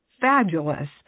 fabulous